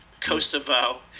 Kosovo